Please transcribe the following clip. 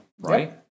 right